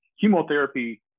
chemotherapy